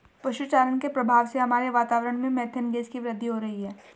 पशु चारण के प्रभाव से हमारे वातावरण में मेथेन गैस की वृद्धि हो रही है